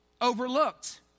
overlooked